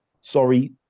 Sorry